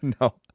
No